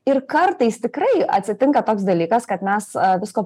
ir kartais tikrai atsitinka toks dalykas kad mes visko